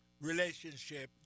relationship